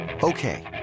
Okay